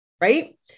Right